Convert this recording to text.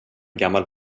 gammal